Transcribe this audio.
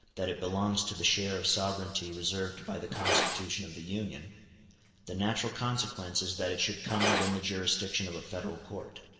that it belongs to the share of sovereignty reserved by the constitution of the union the natural consequence is that it should come within the jurisdiction of a federal court.